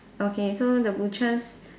okay so the butchers